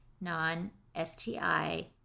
non-sti